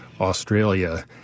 Australia